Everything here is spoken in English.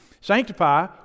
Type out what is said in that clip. Sanctify